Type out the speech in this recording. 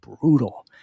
brutal